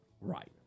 Right